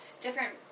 different